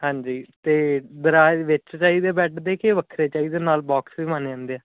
ਹਾਂਜੀ ਅਤੇ ਦਰਾਜ ਵਿੱਚ ਚਾਹੀਦੇ ਬੈਡ ਦੇ ਕਿ ਵੱਖਰੇ ਚਾਹੀਦੇ ਨਾਲ ਬੋਕਸ ਵੀ ਬਣ ਜਾਂਦੇ ਆ